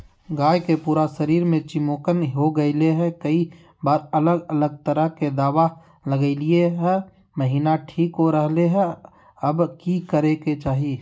गाय के पूरा शरीर में चिमोकन हो गेलै है, कई बार अलग अलग तरह के दवा ल्गैलिए है महिना ठीक हो रहले है, अब की करे के चाही?